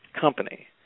company